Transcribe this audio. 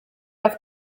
auf